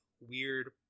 weird